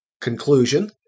Conclusion